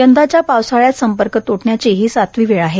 यंदाच्या पावसाळ्यात संपर्क त्टण्याची ही सातवी वेळ आहे